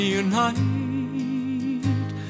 unite